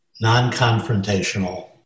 non-confrontational